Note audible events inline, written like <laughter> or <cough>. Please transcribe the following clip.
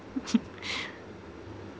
<laughs>